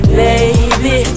baby